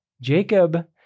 Jacob